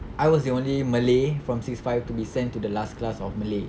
I was the only malay from six five to be sent to the last class of malay